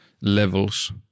levels